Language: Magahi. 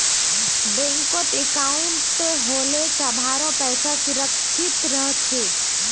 बैंकत अंकाउट होले सभारो पैसा सुरक्षित रह छेक